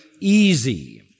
easy